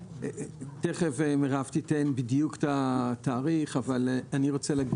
תכף מירב תיתן בדיוק את התאריך אבל אני רוצה,